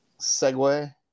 Segue